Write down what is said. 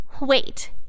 wait